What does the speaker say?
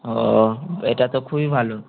ও এটা তো খুবই ভালো